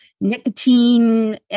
nicotine